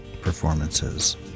performances